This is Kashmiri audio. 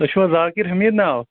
تۅہہِ چھُوا ذاکِر حَمید ناو